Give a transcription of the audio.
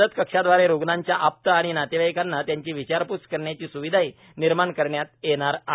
मदत कक्षाद्वारे रुग्णांच्या आप्त व नातेवाईकांना त्यांची विचारपूस करण्याची स्विधाही निर्माण करण्यात येणार आहे